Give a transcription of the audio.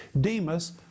Demas